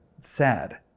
sad